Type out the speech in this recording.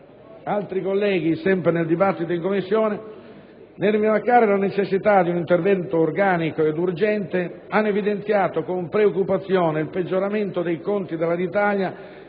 altri colleghi, sempre nel dibattito svolto in Commissione, nel rimarcare la necessità di un intervento organico ed urgente, hanno evidenziato con preoccupazione il peggioramento dei conti di Alitalia